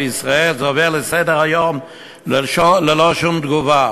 בישראל עוברים על זה לסדר-היום ללא שום תגובה.